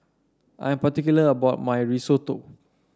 I am particular about my Risotto